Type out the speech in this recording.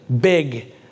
big